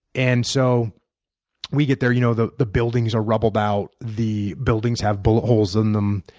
and so we get there, you know the the buildings are rubbled out. the buildings have bullet holes in them.